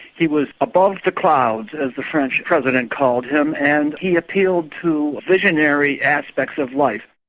he was above the clouds, as the french president called him, and he appealed to visionary aspects of life.